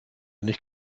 nicht